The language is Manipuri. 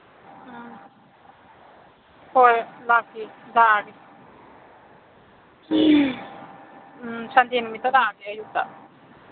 ꯎꯝ ꯍꯣꯏ ꯂꯥꯛꯀꯦ ꯂꯥꯛꯑꯒꯦ ꯎꯝ ꯁꯟꯗꯦ ꯅꯨꯃꯤꯠꯇ ꯂꯥꯛꯑꯒꯦ ꯑꯌꯨꯛꯇ